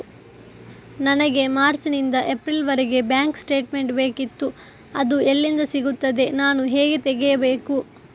ನನಗೆ ಮಾರ್ಚ್ ನಿಂದ ಏಪ್ರಿಲ್ ವರೆಗೆ ಬ್ಯಾಂಕ್ ಸ್ಟೇಟ್ಮೆಂಟ್ ಬೇಕಿತ್ತು ಅದು ಎಲ್ಲಿಂದ ಸಿಗುತ್ತದೆ ನಾನು ಹೇಗೆ ತೆಗೆಯಬೇಕು?